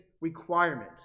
requirement